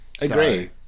Agree